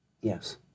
Yes